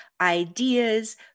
ideas